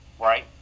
right